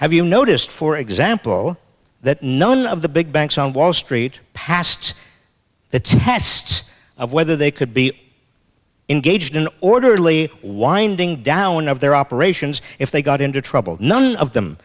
have you noticed for example that none of the big banks on wall street passed the tests of whether they could be engaged in an orderly winding down of their operations if they got into trouble none of them